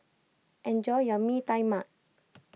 enjoy your Mee Tai Mak